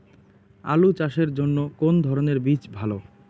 আলু চাষের জন্য কোন ধরণের বীজ ভালো?